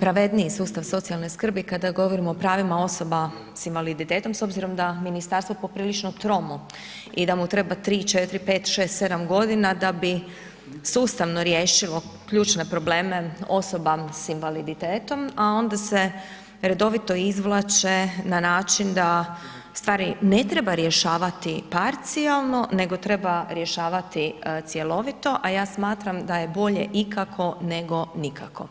pravedniji sustav socijalne skrbi kada govorimo o pravima osoba sa invaliditetom s obzirom da je ministarstvo poprilično tromo i da mu treba 3, 4, 5, 6, 7 g. da bi sustavno riješilo ključne probleme osoba sa invaliditetom a onda se redovito izvlače na način da stvari ne treba rješavati parcijalno nego treba rješavati cjelovito a ja smatram da je bolje ikako nego nikako.